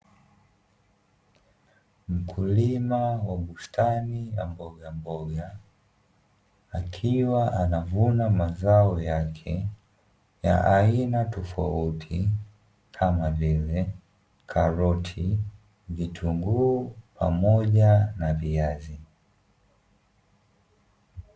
Mkulima wa bustani ya mbogamboga akiwa anavuna mazao yake ya aina tofauti kama vile: karoti, vitunguu pamoja na viazi.